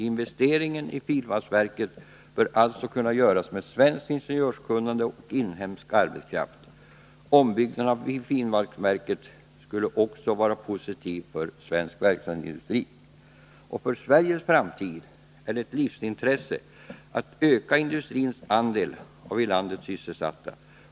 Investeringen i finvalsverket bör alltså kunna göras med svenskt ingenjörskunnande och inhemsk arbetskraft. Ombyggnaden av finvalsverket skulle därmed också vara positiv för svensk verkstadsindustri. För Sveriges framtid är det ett livsintresse att öka industrins andel av i landet sysselsatta.